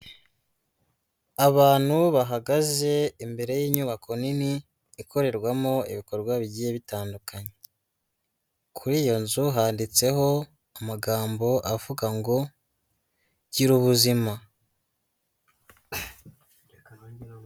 Abantu bahagaze imbere y'inyubako nini, ikorerwamo ibikorwa bigiye bitandukanye, kuri iyo nzu handitseho amagambo avuga ngo gira ubuzima.